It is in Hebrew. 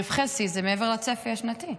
רווחי שיא זה מעבר לצפי השנתי.